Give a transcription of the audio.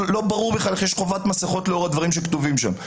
שלא ברור בכלל איך יש חובת מסכות לאור הדברים שכתובים שם,